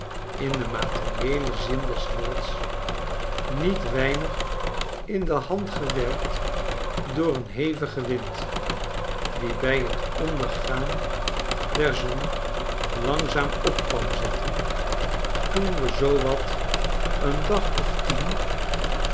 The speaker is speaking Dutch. in den materieelen zin des woords niet weinig in de hand gewerkt door een hevigen wind die bij t ondergaan der zon langzaam op kwam zetten toen we zoo wat een dagoftien